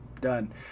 Done